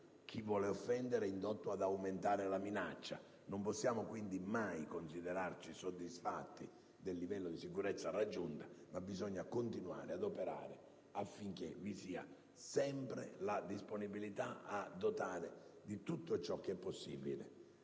chi vuole offendere è indotto ad aumentare la minaccia. Quindi non possiamo mai considerarci soddisfatti del livello di sicurezza raggiunto, ma bisogna continuare ad operare affinché vi sia sempre la disponibilità a dotare i nostri soldati di tutto ciò che è possibile,